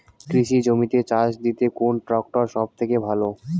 কৃষি জমিতে চাষ দিতে কোন ট্রাক্টর সবথেকে ভালো?